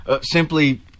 simply